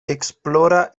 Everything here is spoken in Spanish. explora